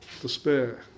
despair